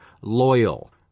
loyal